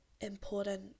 important